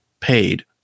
paid